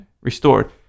restored